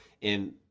in-